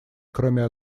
кроме